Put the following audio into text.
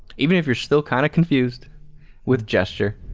even if you're still kind of confused with gesture,